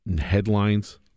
headlines